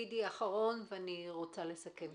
גידי, ואני רוצה לסכם.